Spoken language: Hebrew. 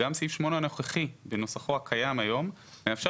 גם סעיף 8 הנוכחי בנוסחו הקיים היום מאפשר